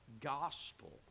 gospel